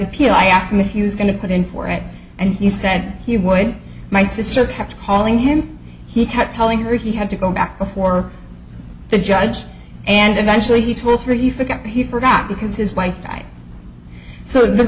appeal i asked him if he was going to put in for it and he said he would my sister kept calling him he kept telling her he had to go back before the judge and eventually he told her you forgot he forgot because his wife died so the